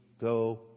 go